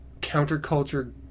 counterculture